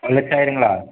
ஒரு லட்சம் ஆகிருங்களா